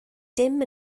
dim